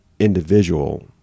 individual